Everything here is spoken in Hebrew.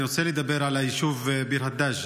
אני רוצה לדבר על היישוב ביר הדאג'.